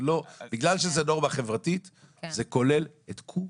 בגלל שזו נורמה חברתית זה כולל את כולם.